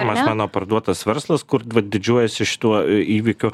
mas mano parduotas verslas kur didžiuojuosi šituo įvykiu